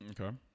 Okay